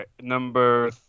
Number